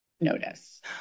notice